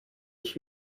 ich